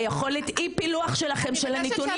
היכולת אי פילוח שלכן של הנתונים --- אני